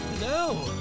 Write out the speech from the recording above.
no